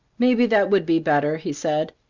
maybe that would be better, he said.